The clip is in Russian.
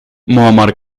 муамар